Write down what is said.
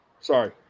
Sorry